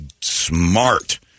smart